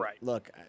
look